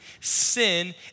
sin